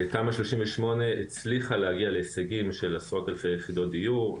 תמ"א 38 הצליחה להגיע להישגים של עשרות אלפי יחידות דיור,